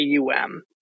AUM